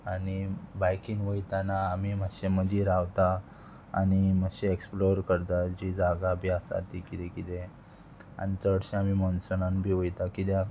आनी बायकीन वयताना आमी मातशें मदीं रावता आनी मातशें एक्सप्लोर करता जीं जागा बी आसा तीं किदें किदें आनी चडशें आमी मनसणान बी वयता कित्याक